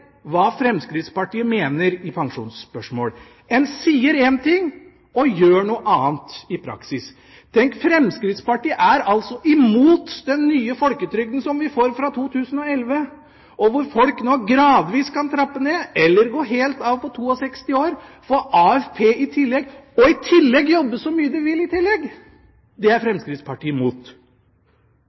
hva Fremskrittspartiet mener i pensjonsspørsmål. En sier én ting og gjør noe annet i praksis. Tenk, Fremskrittspartiet er altså imot den nye folketrygden som vi får fra 2011, hvor folk nå gradvis kan trappe ned eller gå helt av ved 62 år, få AFP i tillegg og i tillegg jobbe så mye en vil! Det er Fremskrittspartiet imot!